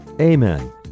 Amen